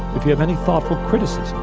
if you have any thoughtful criticism,